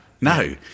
No